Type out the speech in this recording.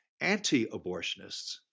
Anti-abortionists